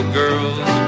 girls